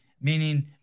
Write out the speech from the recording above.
Meaning